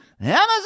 Amazon